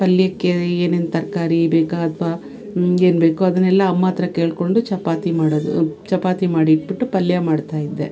ಪಲ್ಯಕ್ಕೆ ಏನೇನು ತರಕಾರಿ ಬೇಕಾ ಅಥ್ವಾ ಏನು ಬೇಕು ಅದನ್ನೆಲ್ಲ ಅಮ್ಮ ಹತ್ರ ಕೇಳಿಕೊಂಡು ಚಪಾತಿ ಮಾಡೋದು ಚಪಾತಿ ಮಾಡಿಟ್ಬಿಟ್ಟು ಪಲ್ಯ ಮಾಡ್ತಾಯಿದ್ದೆ